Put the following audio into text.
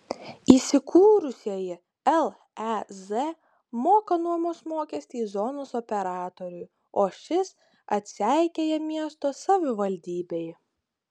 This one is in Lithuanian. įsikūrusieji lez moka nuomos mokestį zonos operatoriui o šis atseikėja miesto savivaldybei